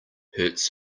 hurts